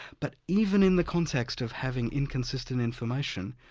but even in the context of having inconsistent information,